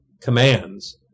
commands